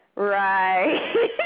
Right